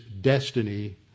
destiny